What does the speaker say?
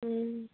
ও